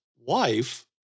wife